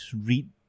read